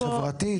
חברתית,